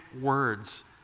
words